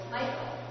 Michael